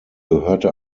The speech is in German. gehörte